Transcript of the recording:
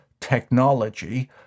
technology